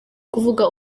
kuvuga